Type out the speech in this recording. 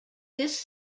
this